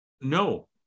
No